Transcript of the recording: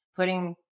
putting